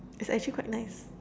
it's actually quite nice